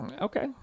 Okay